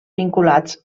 vinculats